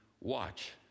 watch